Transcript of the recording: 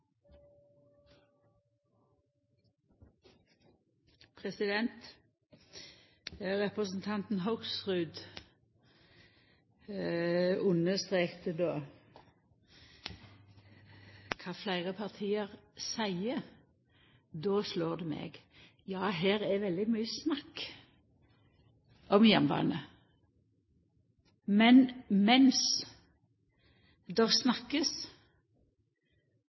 Representanten Hoksrud understreka kva fleire parti seier. Då slår det meg: Ja, her er det veldig mykje snakk, om jernbane. Men mens ein snakkar, blir det